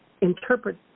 interpret